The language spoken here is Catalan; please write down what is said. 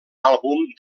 àlbum